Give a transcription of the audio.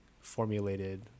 formulated